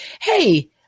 hey